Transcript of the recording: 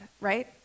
right